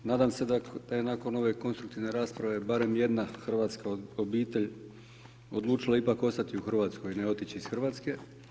Nadam se da je nakon ove konstruktivne rasprave barem jedna hrvatska obitelj odlučila ipak ostati u Hrvatskoj, ne otići iz Hrvatske.